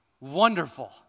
Wonderful